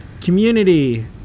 community